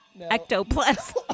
ectoplasm